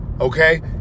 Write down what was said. Okay